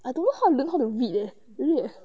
I don't know how to learn how to read eh really eh